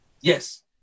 Yes